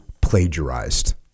plagiarized